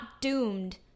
doomed